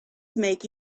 make